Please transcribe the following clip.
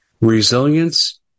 Resilience